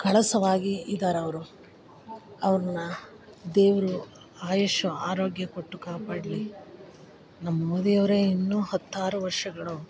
ಕಳಶವಾಗಿ ಇದಾರೆ ಅವರು ಅವ್ರನ್ನ ದೇವರು ಆಯುಷ್ಯ ಆರೋಗ್ಯ ಕೊಟ್ಟು ಕಾಪಾಡಲಿ ನಮ್ಮ ಮೋದಿಯವರೆ ಇನ್ನು ಹತ್ತಾರು ವರ್ಷಗಳು